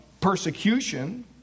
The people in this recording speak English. persecution